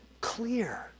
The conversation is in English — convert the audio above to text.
clear